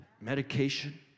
medication